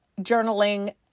journaling